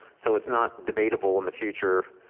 so it's not debatable in the future.